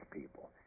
people